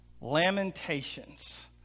Lamentations